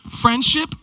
Friendship